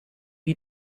you